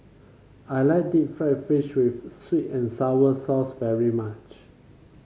I like Deep Fried Fish with sweet and sour sauce very much